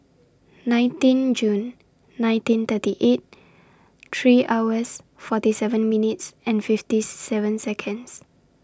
nineteen June nineteen thirty eight three hours forty seven minutes and fifty seven Seconds